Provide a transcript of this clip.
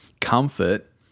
Comfort